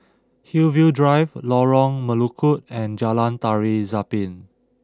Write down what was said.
Hillview Drive Lorong Melukut and Jalan Tari Zapin